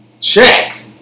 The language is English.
check